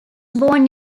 born